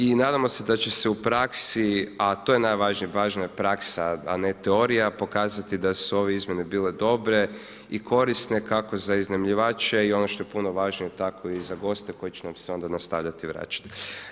I nadamo se da će se u praksi, a to je najvažnija praksa, a ne teorija, pokazati da su ove izmjene bile dobre i korisne kako za iznajmljivače, i ovo što je puno važnije, tako i za goste koji će nam se onda nastavljati vraćati.